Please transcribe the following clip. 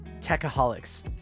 Techaholics